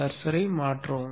கர்சரை மாற்றவும்